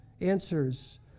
answers